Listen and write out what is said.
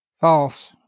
False